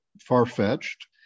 far-fetched